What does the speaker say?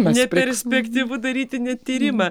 neperspektyvu daryti net tyrimą